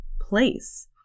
place